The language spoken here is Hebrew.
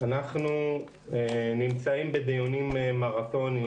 אנחנו בדיונים מרתוניים.